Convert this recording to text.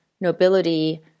nobility